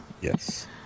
Yes